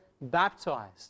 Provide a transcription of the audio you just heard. baptized